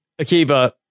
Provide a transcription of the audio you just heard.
akiva